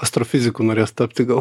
astrofiziku norės tapti gal